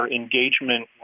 engagement